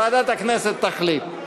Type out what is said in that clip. ועדת הכנסת תחליט.